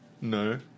No